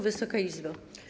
Wysoka Izbo!